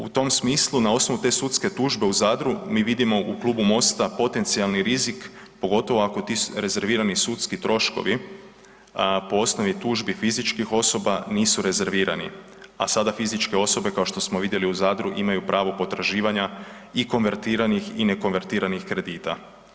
U tom smislu na osnovu te sudske tužbe u Zadru mi vidimo u klubu Mosta potencijalni rizik, pogotovo ako ti rezervirani sudski troškovi po osnovi tužbi fizičkih osoba nisu rezervirani, a sada fizičke osobe kao što smo vidjeli u Zadru imaju pravo potraživanja i konvertiranih i ne konvertiranih kredita.